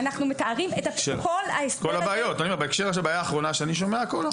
בהקשר של הבעיה האחרונה, שאני שומע הכול.